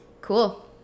cool